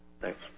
Thanks